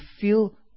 feel